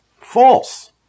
false